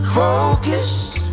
focused